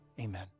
Amen